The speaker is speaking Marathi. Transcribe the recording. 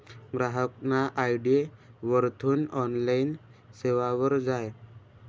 ग्राहकना आय.डी वरथून ऑनलाईन सेवावर जाय